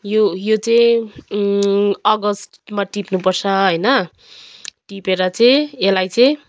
यो यो चाहिँ अगस्तमा टिप्नुपर्छ होइन टिपेर चाहिँ यसलाई चाहिँ